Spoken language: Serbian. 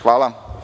Hvala.